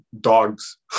dogs